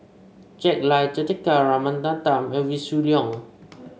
Jack Lai Juthika Ramanathan and Wee Shoo Leong